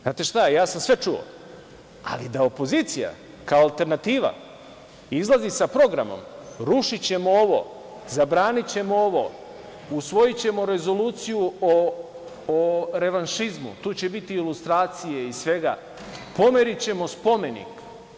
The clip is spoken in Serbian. Znate šta, ja sam sve čuo, ali da opozicija, kao alternativa, izlazi sa programom - rušićemo ovo, zabranićemo ovo, usvojićemo rezoluciju o revanšizmu, tu će biti i lustracije i svega, pomerićemo spomenik.